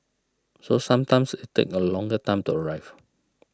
so sometimes takes a longer time to arrive